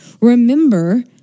remember